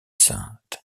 sainte